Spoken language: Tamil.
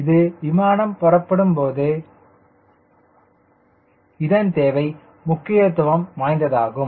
இது விமானம் புறப்படும் போது இதன் தேவை முக்கியத்துவம் வாய்ந்ததாகும்